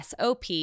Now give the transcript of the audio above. SOP